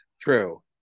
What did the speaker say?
True